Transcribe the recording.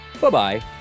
Bye-bye